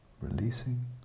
releasing